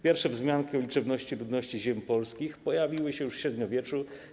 Pierwsze wzmianki o liczebności ludności ziem polskich pojawiły się już w średniowieczu.